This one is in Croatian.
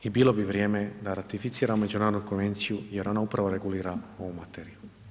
I bilo bi vrijeme da ratificiramo Međunarodnu konvenciju jer ona upravo regulira ovu materiju.